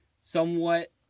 somewhat